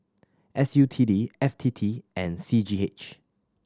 S U T D F T T and C G H